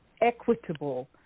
equitable